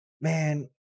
man